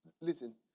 listen